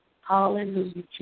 Hallelujah